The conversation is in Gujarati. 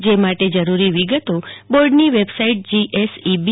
જે માટે જરૂરી વિગતો બોર્ડની વેબ્સાઈટ જીએસઈબી